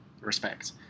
Respect